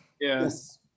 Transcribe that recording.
Yes